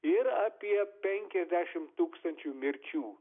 ir apie penkiasdešim tūkstančių mirčių